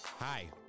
Hi